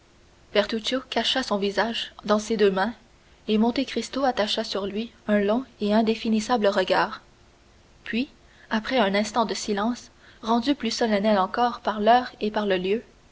cacha son visage dans ses deux mains et monte cristo attacha sur lui un long et indéfinissable regard puis après un instant de silence rendu plus solennel encore par l'heure et par le lieu